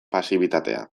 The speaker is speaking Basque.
pasibitatea